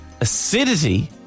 acidity